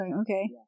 Okay